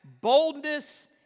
boldness